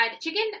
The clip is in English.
chicken